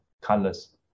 colors